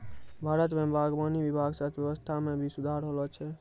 भारत मे बागवानी विभाग से अर्थव्यबस्था मे भी सुधार होलो छै